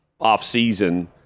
offseason